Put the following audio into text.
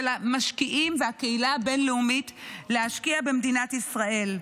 המשקיעים והקהילה הבין-לאומית להשקיע במדינת ישראל.